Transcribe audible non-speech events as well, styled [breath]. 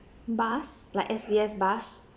bus like S_B_S bus [breath]